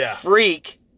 freak